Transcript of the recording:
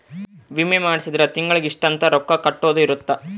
ವಿಮೆ ಮಾಡ್ಸಿದ್ರ ತಿಂಗಳ ಇಷ್ಟ ಅಂತ ರೊಕ್ಕ ಕಟ್ಟೊದ ಇರುತ್ತ